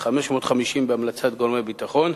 550, בהמלצת גורמי ביטחון,